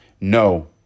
No